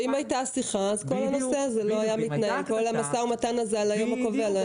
אם הייתה שיחה אז כל המשא ומתן הזה על היום הקובע לא היה מתנהל.